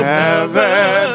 heaven